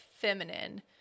feminine